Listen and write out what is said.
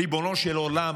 ריבונו של עולם,